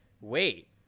wait